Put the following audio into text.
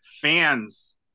fans